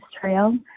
Trail